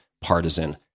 partisan